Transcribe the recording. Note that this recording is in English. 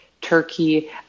Turkey